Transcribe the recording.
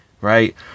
Right